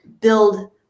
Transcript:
build